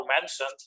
mentioned